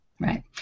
Right